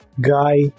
guy